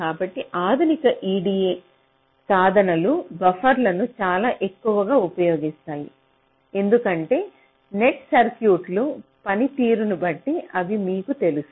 కాబట్టి ఆధునిక EDA సాధనాలు బఫర్లను చాలా ఎక్కువగా ఉపయోగిస్తాయి ఎందుకంటే నేటి సర్క్యూట్లు పనితీరుబట్టి అని మీకు తెలుసు